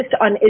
on